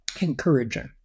encouraging